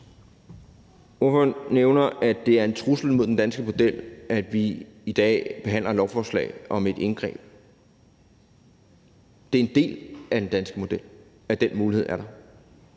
Spørgeren nævner, at det er en trussel mod den danske model, at vi i dag behandler et lovforslag om et indgreb. Men det er en del af den danske model, at den mulighed er der.